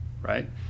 right